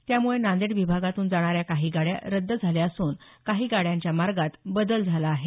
त्यामुळे नांदेड विभागातून जाणाऱ्या काही गाड्या रद्द झाल्या असून काही गाड्यांच्या मार्गात बदल झाला आहे